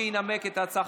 מי שינמק את ההצעה,